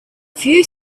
few